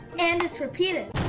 and it's repeated